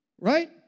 right